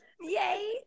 yay